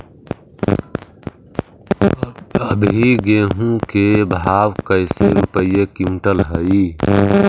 अभी गेहूं के भाव कैसे रूपये क्विंटल हई?